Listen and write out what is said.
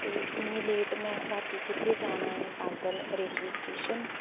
ते इन्नी लेट में राती कुत्थै जाना ऐ पैदल रेलवे स्टेशन